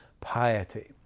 piety